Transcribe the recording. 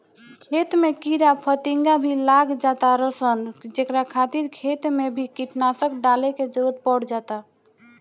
खेत में कीड़ा फतिंगा भी लाग जातार सन जेकरा खातिर खेत मे भी कीटनाशक डाले के जरुरत पड़ जाता